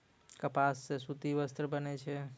कपास सॅ सूती वस्त्र बनै छै